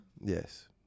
Yes